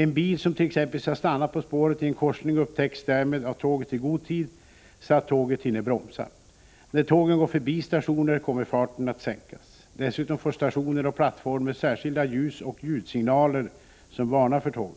En bil som t.ex. har stannat på spåret i en korsning upptäcks därmed av tåget i god tid så att tåget hinner bromsa. När tågen går förbi stationer kommer farten att sänkas. Dessutom får stationer och plattformar särskilda ljusoch ljudsignaler som varnar för tågen.